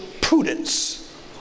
prudence